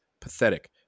pathetic